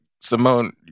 Simone